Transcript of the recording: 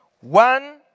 One